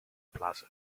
plaza